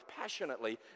passionately